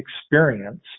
experience